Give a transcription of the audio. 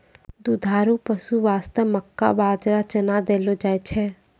दुधारू पशु वास्तॅ मक्का, बाजरा, चना देलो जाय छै